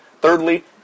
Thirdly